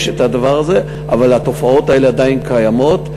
יש הדבר הזה, אבל התופעות האלה עדיין קיימות,